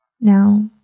Now